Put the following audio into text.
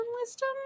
wisdom